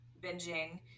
binging